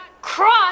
cross